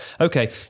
Okay